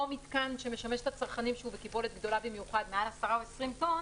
מתקן שמשמש את הצרכנים והוא בקיבולת גדולה במיוחד מעל 10 או 20 טון